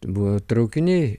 buvo traukiniai